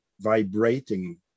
vibrating